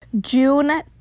June